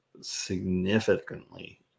significantly